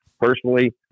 Personally